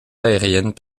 aériennes